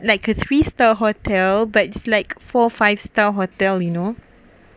like a three star hotel but it's like four five star hotel you know